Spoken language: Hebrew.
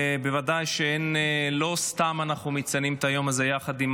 ובוודאי שלא סתם אנחנו מציינים את היום הזה יחד עם